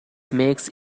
makes